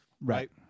Right